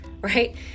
Right